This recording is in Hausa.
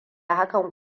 hakan